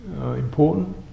important